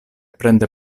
prende